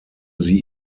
sie